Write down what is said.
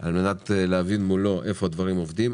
על מנת להבין מולו איפה הדברים עומדים.